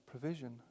provision